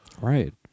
Right